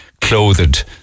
clothed